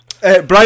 Brian